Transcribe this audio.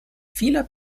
vieler